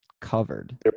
covered